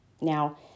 Now